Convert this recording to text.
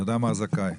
תודה מר זכאי.